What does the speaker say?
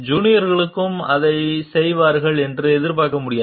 ஜூனியர்களும் அதைச் செய்வார்கள் என்று எதிர்பார்க்க முடியாது